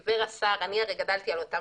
שהשר דיבר עליה אני הרי גדלתי על אותם